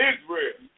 Israel